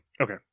okay